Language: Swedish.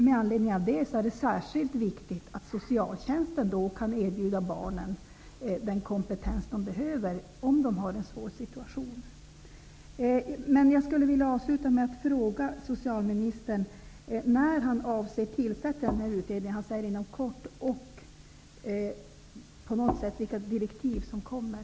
Med anledning av det är det särskilt viktigt att socialtjänsten kan erbjuda barnen den kompetens som de behöver, om de är i en svår situation. Jag vill till slut fråga socialministern när han avser att tillsätta utredningen på detta område. Han säger att det skall ske inom kort, men jag skulle också vilja höra något om de direktiv som kommer.